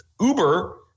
Uber